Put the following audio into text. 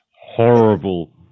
Horrible